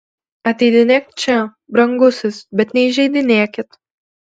ateidinėk čia brangusis bet neįžeidinėkit